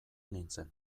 nintzen